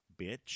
bitch